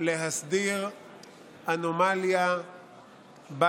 להסדיר אנומליה בת